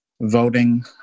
voting